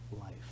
life